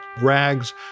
rags